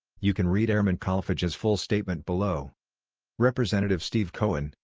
you can read airman kolfage's full statement below rep. steve cohen,